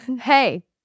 Hey